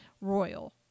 royal